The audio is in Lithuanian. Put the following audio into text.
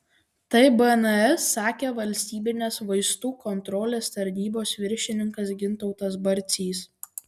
tai bns sakė valstybinės vaistų kontrolės tarnybos viršininkas gintautas barcys